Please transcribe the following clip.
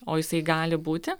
o jisai gali būti